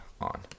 on